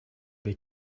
they